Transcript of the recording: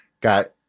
got